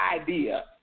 idea